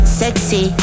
sexy